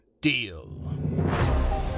Deal